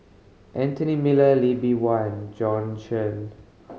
Anthony Miller Lee Bee Wah and Jorn Shen